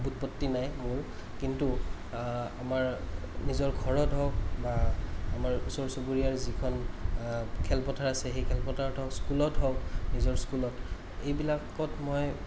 বুৎপত্তি নাই মোৰ কিন্তু আমাৰ নিজৰ ঘৰত হওক বা আমাৰ ওচৰ চুবুৰীয়াৰ যিখন খেলপথাৰ আছে সেই খেলপথাৰত হওক স্কুলত হওক নিজৰ স্কুলত এইবিলাকত মই